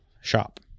shop